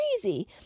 crazy